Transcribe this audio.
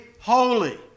holy